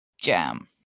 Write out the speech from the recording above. Jam